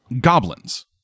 goblins